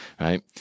Right